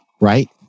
Right